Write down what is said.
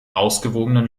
ausgewogenen